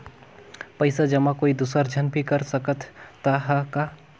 पइसा जमा कोई दुसर झन भी कर सकत त ह का?